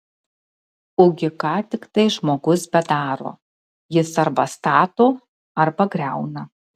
ugi ką tiktai žmogus bedaro jis arba stato arba griauna